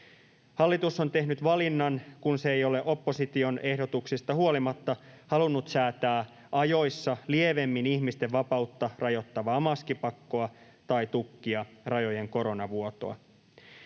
Hallitus on tehnyt valinnan, kun se ei ole opposition ehdotuksista huolimatta halunnut säätää ajoissa lievemmin ihmisten vapautta rajoittavaa maskipakkoa tai tukkia rajojen koronavuotoa.